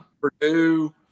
Purdue